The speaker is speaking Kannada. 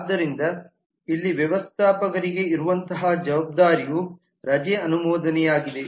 ಆದ್ದರಿಂದ ಇಲ್ಲಿ ವ್ಯವಸ್ಥಾಪಕರಿಗೆ ಇರುವಂತಹ ಜವಾಬ್ದಾರಿಯು ರಜೆ ಅನುಮೋದನೆಯಾಗಿದೆ